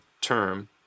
term